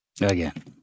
Again